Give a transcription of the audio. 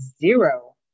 zero